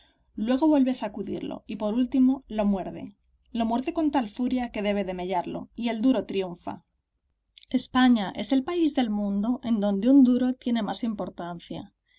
luego vuelve a sacudirlo y por último lo muerde lo muerde con tal furia que debe de mellarlo y el duro triunfa españa es el país del mundo en donde un duro tiene más importancia